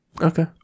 Okay